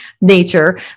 nature